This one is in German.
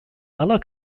aller